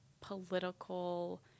political